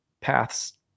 paths